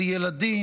של ילדים.